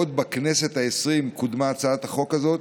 עוד בכנסת העשרים קודמה הצעת החוק הזאת,